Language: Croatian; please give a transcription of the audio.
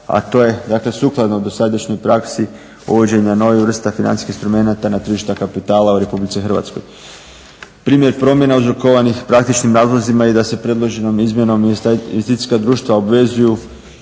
a to je dakle sukladno dosadašnjoj praksi uvođenja novih vrsta financijskih instrumenata na tržišta kapitala u Republici Hrvatskoj. Primjer promjena uzrokovanih praktičnim razlozima je da se predloženom izmjenom investicijska društva obvezuju